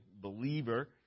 believer